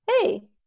hey